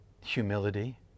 humility